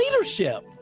leadership